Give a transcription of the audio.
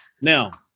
now